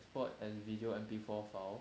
export as video M_P four file